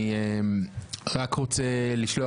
אני רק רוצה לשלוח,